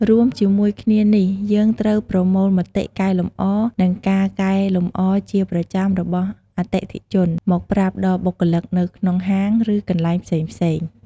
រួមជាមួយគ្នានេះយើងត្រូវប្រមូលមតិកែលម្អ និងការកែលម្អជាប្រចាំរបស់អតិថិជនមកប្រាប់ដល់បុគ្គលិកនៅក្នុងហាងឬកន្លែងផ្សេងៗ។